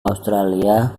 australia